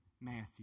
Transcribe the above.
Matthew